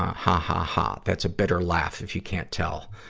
ha, ha, ha that's a bitter laugh, if you can't tell.